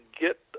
get